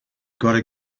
gotta